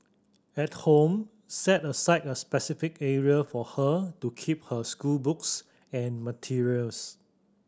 at home set aside a specific area for her to keep her schoolbooks and materials